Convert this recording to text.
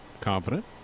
confident